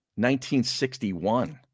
1961